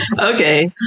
Okay